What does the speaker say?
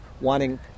wanting